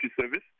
service